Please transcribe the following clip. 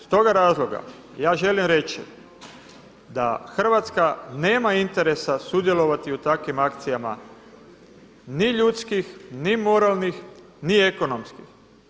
Stoga razloga ja želim reći da Hrvatska nema interesa sudjelovati u takvim akcijama ni ljudskih, ni moralnih, ni ekonomskih.